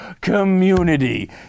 community